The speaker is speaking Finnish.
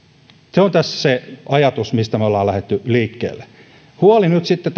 se on tässä se ajatus mistä me olemme lähteneet liikkeelle nyt sitten